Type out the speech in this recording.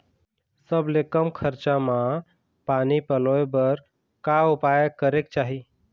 सबले कम खरचा मा पानी पलोए बर का उपाय करेक चाही?